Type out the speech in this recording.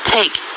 Take